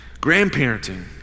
Grandparenting